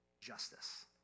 justice